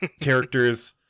characters